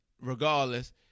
regardless